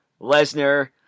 lesnar